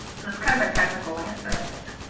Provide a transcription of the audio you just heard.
so it's kind of a technical answer.